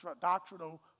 doctrinal